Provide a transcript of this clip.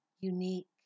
unique